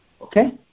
Okay